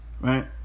Right